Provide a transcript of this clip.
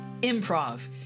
improv